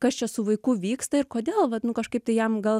kas čia su vaiku vyksta ir kodėl vat nu kažkaip tai jam gal